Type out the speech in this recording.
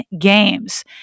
games